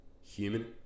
Human